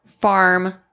farm